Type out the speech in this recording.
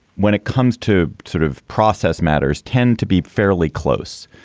when it comes to sort of process matters, tend to be fairly close.